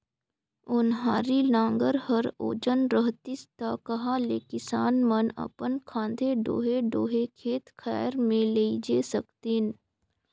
ओन्हारी नांगर हर ओजन रहतिस ता कहा ले किसान मन अपन खांधे डोहे डोहे खेत खाएर मे लेइजे सकतिन